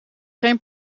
geen